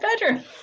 bedroom